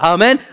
Amen